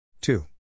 two